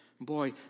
Boy